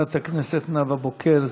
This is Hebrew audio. חברת הכנסת נאוה בוקר,